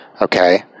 Okay